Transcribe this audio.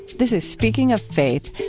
this is speaking of faith.